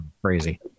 crazy